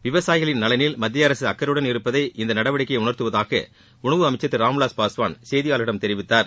விவசாயிகள் நலனில் மத்தியஅரசு அக்கறையுடன் இருப்பதை இந்த நடவடிக்கை உணர்த்துவதாக உணவு அமைச்சர் திரு ராம்விலாஸ் பாஸ்வான் செய்தியாளர்களிடம் தெரிவித்தார்